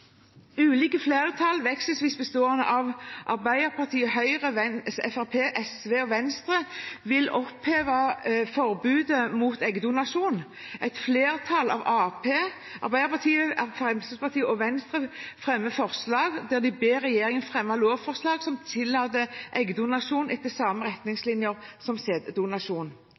Ulike flertall, vekselvis bestående av Arbeiderpartiet, Høyre, Fremskrittspartiet, SV og Venstre, vil oppheve forbudet mot eggdonasjon. Et flertall bestående av Arbeiderpartiet, Fremskrittspartiet og Venstre fremmer forslag til vedtak I, der de ber regjeringen fremme lovforslag som tillater eggdonasjon etter samme retningslinjer som